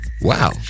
Wow